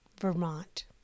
Vermont